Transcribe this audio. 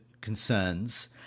concerns